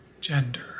gender